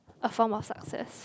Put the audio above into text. a form of success